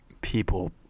people